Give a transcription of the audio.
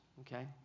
Okay